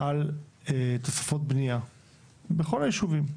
על תוספות בנייה בכל הישובים,